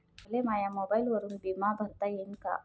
मले माया मोबाईलवरून बिमा भरता येईन का?